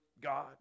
God